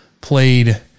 Played